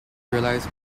realize